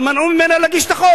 אבל מנעו ממנה להגיש אותה,